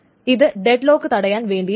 ഇത് deadlock തടയാൻ വേണ്ടിയിട്ടാണ്